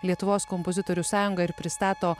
lietuvos kompozitorių sąjunga ir pristato